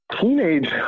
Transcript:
teenage